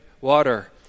water